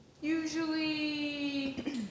usually